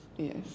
Yes